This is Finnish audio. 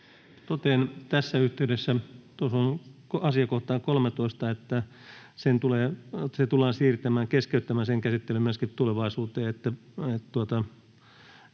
Totean tässä yhteydessä tuohon asiakohtaan 13, että se tullaan siirtämään, keskeyttämään myöskin sen käsittely, tulevaisuuteen,